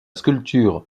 sculpture